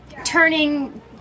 turning